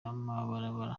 amabara